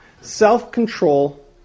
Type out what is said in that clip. self-control